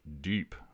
deep